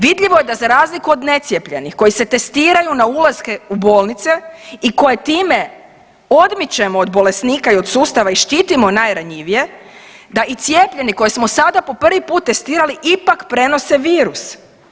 Vidljivo je da za razliku od necijepljenih koji se testiraju na ulaske u bolnice i koje time odmičemo od bolesnika i od sustava i štitimo najranjivije da i cijepljeni koje smo sada po prvi put testirali ipak prenose virus.